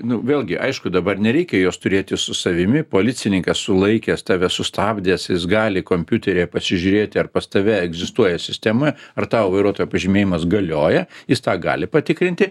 nu vėlgi aišku dabar nereikia jos turėti su savimi policininkas sulaikęs tave sustabdęs jis gali kompiuteryje pasižiūrėti ar pas tave egzistuoja sistemoje ar tau vairuotojo pažymėjimas galioja jis tą gali patikrinti